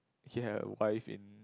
he had a wife in